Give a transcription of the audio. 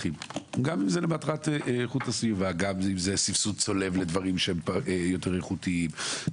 הייתי פה בדיון בוועדת הכלכלה כשגילה גמליאל היתה השרה לאיכות הסביבה